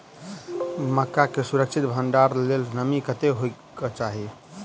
मक्का केँ सुरक्षित भण्डारण लेल नमी कतेक होइ कऽ चाहि?